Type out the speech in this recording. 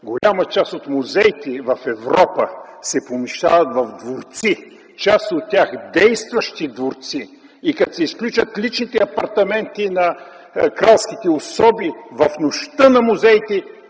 голяма част от музеите в Европа се помещават в дворци, част от тях са действащи дворци. Като се изключат личните апартаменти на кралските особи в Нощта на музеите,